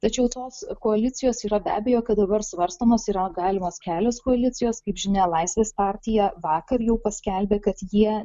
tačiau tos koalicijos yra be abejo kad dabar svarstomos yra galimos kelios koalicijos kaip žinia laisvės partija vakar jau paskelbė kad jie